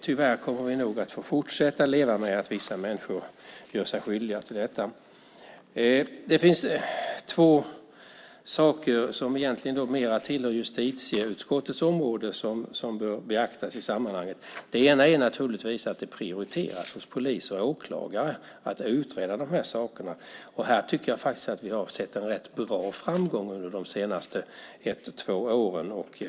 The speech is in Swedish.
Tyvärr kommer vi nog att få fortsätta att leva med att vissa människor gör sig skyldiga till detta. Det finns två saker som egentligen mer tillhör justitieutskottets område som bör beaktas i sammanhanget. Det ena är naturligtvis att det prioriteras hos polis och åklagare att utreda de här sakerna. Här tycker jag att vi har sett en rätt bra framgång under de senaste två åren.